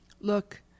Look